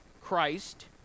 Christ